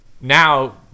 now